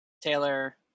Taylor